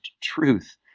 truth